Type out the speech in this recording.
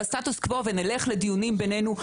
לסטטוס קוו ונלך לדיונים בינינו.